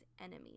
enemies